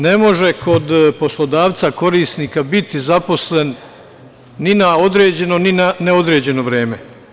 Ne može kod poslodavca korisnika biti zaposlen ni na određeno, ni na neodređeno vreme.